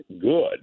good